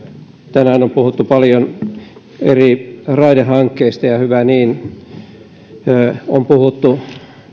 tänään on puhuttu paljon eri raidehankkeista ja hyvä niin on puhuttu